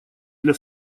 для